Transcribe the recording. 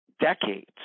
decades